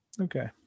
Okay